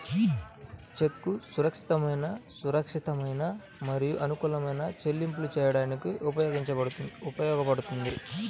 చెక్కు సురక్షితమైన, సురక్షితమైన మరియు అనుకూలమైన చెల్లింపులు చేయడానికి ఉపయోగించబడుతుంది